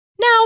Now